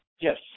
Yes